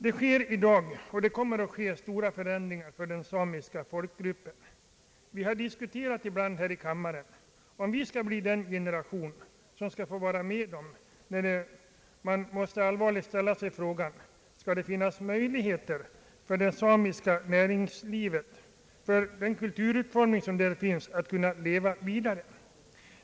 Det sker i dag och kommer att ske stora förändringar för den samiska folkgruppen. Här i kammaren har vi ibland diskuterat om vår generation blir den som på allvar måste ställa sig frågan: Skall den samiska kulturfonmen få möjligheter att leva vidare?